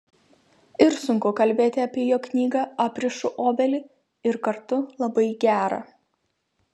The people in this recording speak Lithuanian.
ir sunku kalbėti apie jo knygą aprišu obelį ir kartu labai gera